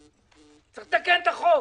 צריך לתקן את החוק.